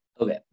Okay